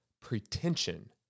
pretension